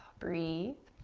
breathe.